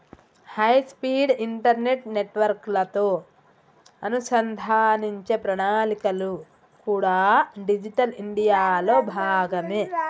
high speed internet నెట్వర్క్లతో అనుసంధానించే ప్రణాళికలు కూడా డిజిటల్ ఇండియాలో భాగమే